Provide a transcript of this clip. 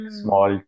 small